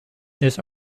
this